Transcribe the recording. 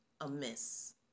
amiss